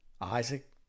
Isaac